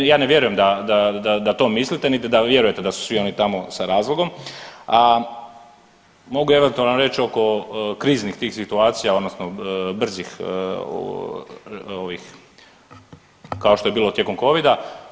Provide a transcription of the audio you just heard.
Ne, ja ne vjerujem da to mislite niti da vjerujete da su oni svi tamo sa razlogom, a mogu eventualno reći oko kriznih tih situacija odnosno brzih ovih kao što je bilo tijekom Covida.